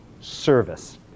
service